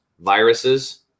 viruses